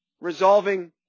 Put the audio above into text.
resolving